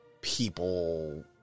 people